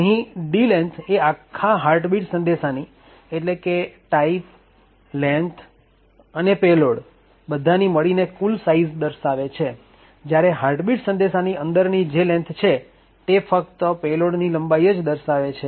અહીં d length એ આખા હાર્ટબીટ સંદેશાની એટલે કે ટાઈપ લેન્થ અને પેલોડ બધાની મળીને કુલ સાઈઝ દર્શાવે છે જયારે હાર્ટબીટ સંદેશાની અંદરની જે length છે તે ફક્ત પેલોડની લંબાઈ જ દર્શાવે છે